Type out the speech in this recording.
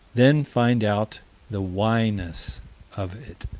then find out the whyness of it.